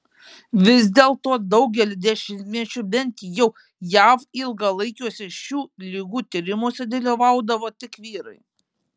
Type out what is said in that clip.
vis dėlto daugelį dešimtmečių bent jau jav ilgalaikiuose šių ligų tyrimuose dalyvaudavo tik vyrai